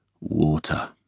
Water